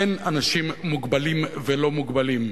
אין אנשים מוגבלים ולא-מוגבלים,